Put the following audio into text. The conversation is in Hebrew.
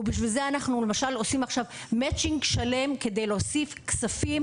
ועכשיו אנחנו עושים matching שלם כדי להוסיף כספים